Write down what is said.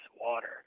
water